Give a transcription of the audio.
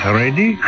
ready